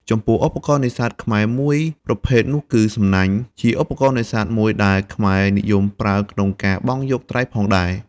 ចំពោះឧបករណ៍នេសាទខ្មែរមួយប្រភេទនោះគឺ សំណាញ់ ជាឧបករណ៍នេសាទមួយដែលខ្មែរនិយមប្រើក្នុងការបង់យកត្រីផងដែរ។